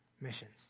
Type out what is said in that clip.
missions